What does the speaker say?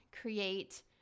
create